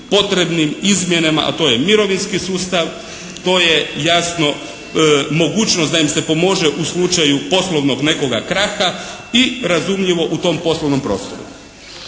potrebnim izmjenama, a to je mirovinski sustav, to je jasno mogućnost da im se pomogne u slučaju poslovnog nekoga kraha i razumljivo u tom poslovnom prostoru.